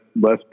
less